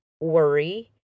worry